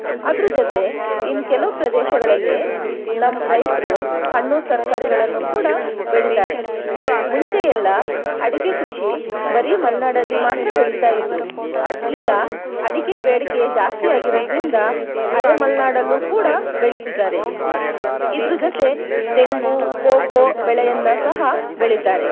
ಅದರ ಜೊತೆ ಇನ್ನು ಕೆಲವು ಪ್ರದೇಶಗಳಲ್ಲಿ ನಮ್ಮ ರೈತರು ಹಣ್ಣು ತರಕಾರಿಗಳನ್ನು ಕೂಡ ಬೆಳೀತಾರೆ ಮುಂಚೆಯೆಲ್ಲ ಅಡಿಕೆ ಕೃಷಿ ಬರೀ ಮಲೆನಾಡಲ್ಲಿ ಮಾತ್ರ ಬೆಳೀತಾಯಿದ್ದರು ಈಗ ಅಡಿಕೆ ಬೇಡಿಕೆ ಜಾಸ್ತಿಯಾಗಿರೋದ್ರಿಂದ ಅರೆಮಲೆನಾಡಲ್ಲೂ ಕೂಡ ಬೆಳೀತಿದ್ದಾರೆ ಇದರ ಜೊತೆ ತೆಂಗು ಕೋಕೋ ಬೆಳೆಯನ್ನು ಸಹ ಬೆಳೀತಾರೆ